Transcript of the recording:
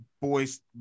boys